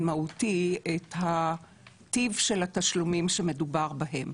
מהותי את הטיב של התשלומים שמדובר בהם.